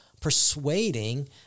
persuading